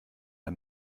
der